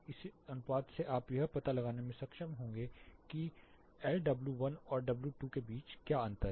इस अनुपात से आप यह पता लगाने में सक्षम होंगे कि एल डब्ल्यू 1 और डब्ल्यू 2 के बीच क्या अंतर है